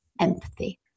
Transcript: empathy